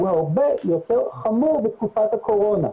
הוא הרבה יותר חמור בתקופת הקורונה.